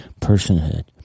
personhood